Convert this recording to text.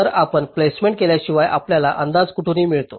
तर आपण प्लेसमेंट केल्याशिवाय आपल्याला अंदाज कुठून मिळतो